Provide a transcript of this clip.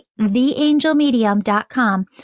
theangelmedium.com